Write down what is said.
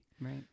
Right